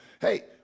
Hey